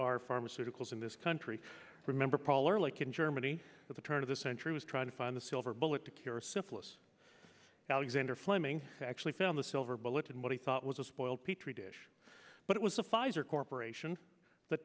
our pharmaceuticals in this country remember paul ehrlich in germany at the turn of the century was trying to find the silver bullet to cure syphilis alexander fleming actually found the silver bullet in what he thought was a spoiled petri dish but it was the pfizer corporation that